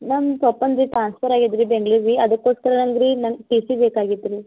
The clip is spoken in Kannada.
ನಮ್ಮ ಪಪ್ಪಂದು ಟ್ರಾನ್ಸ್ಫರ್ ಆಗ್ಯದ ರೀ ಬೆಂಗ್ಳೂರ್ಗೆ ಅದಕ್ಕೋಸ್ಕರ ನಂಗೆ ರೀ ನನ್ನ ಟಿ ಸಿ ಬೇಕಾಗಿತ್ತು ರೀ